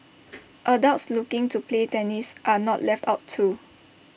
adults looking to play tennis are not left out too